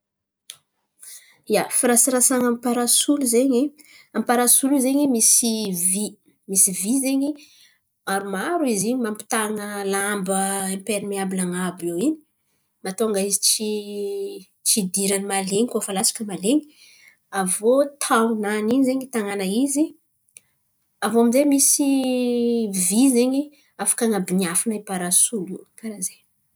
Ia, firasarasan̈any parasoly zen̈y amy parasoly io zen̈y misy vÿ misy vÿ zen̈y maromaro izy mampitan̈a lamba aimperimeabila an̈abo iô in̈y mahatônga izy tsy idirany mahalen̈y koa fa latsaka mahalen̈y. Aviô tahonany iny zen̈y itanan̈a izy. Aviô aminjay misy vÿ zen̈y afaka an̈abin̈afana i parasolo. Karà zen̈y.